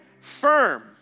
firm